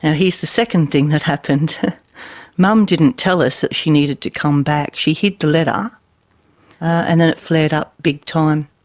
and here's the second thing that happened mum didn't tell us that she needed to come back. she hid the letter and then it flared up big-time,